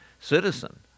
citizen